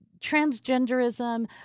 Transgenderism